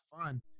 fun